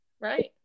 Right